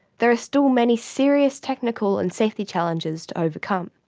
there are still many serious technical and safety challenges to overcome.